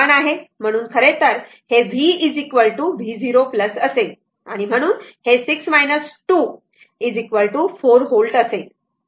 म्हणून खरेतर v v0 असेल ते 6 24 व्होल्ट असेल बरोबर